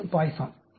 பிறகு பாய்சான்